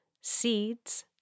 seeds